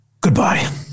goodbye